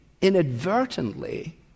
inadvertently